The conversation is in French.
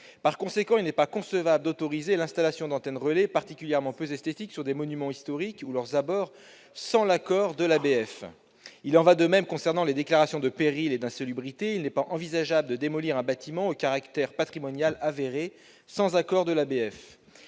Par conséquent, il n'est pas concevable d'autoriser l'installation d'antennes relais particulièrement peu esthétiques sur des monuments historiques ou à leurs abords sans l'accord de l'ABF. Il en est de même concernant les déclarations de péril et d'insalubrité : il n'est pas envisageable de démolir un bâtiment au caractère patrimonial avéré sans accord de l'ABF.